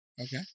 Okay